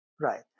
Right